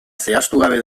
zehaztugabe